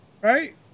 right